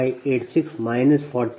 1586 4120